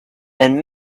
and